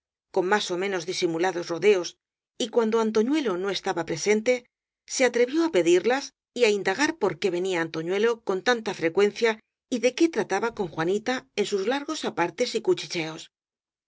con más ó menos disimu lados rodeos y cuando antoñuelo no estaba pre sente se atrevió á pedirlas y á indagar por qué ve nía antoñuelo con tanta frecuencia y de qué tra taba con juanita en sus largos apartes y cuchicheos